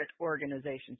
organizations